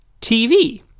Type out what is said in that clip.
TV